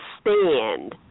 stand